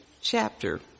chapter